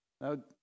Now